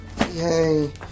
Yay